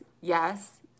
yes